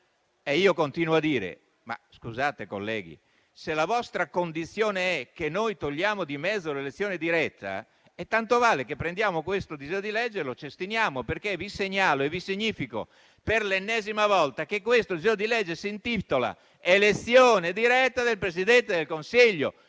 io continuo a dire: scusate colleghi, se la vostra condizione è che noi togliamo di mezzo l'elezione diretta, tanto vale che prendiamo questo disegno di legge e lo cestiniamo. Vi segnalo e vi significo per l'ennesima volta che questo disegno di legge si intitola «Elezione diretta del Presidente del Consiglio».